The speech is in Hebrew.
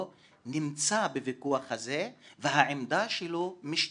נמצא בוויכוח הזה והעמדה שלו משתקפת,